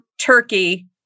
turkey